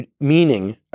Meaning